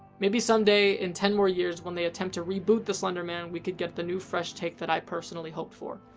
maybe, someday, in ten more years when they attempt to reboot the slender man, we could get the new fresh take that i personally hoped for.